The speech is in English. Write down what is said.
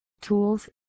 tools